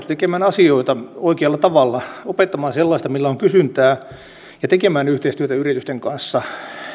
tekemään asioita oikealla tavalla opettamaan sellaista millä on kysyntää ja tekemään yhteistyötä yritysten kanssa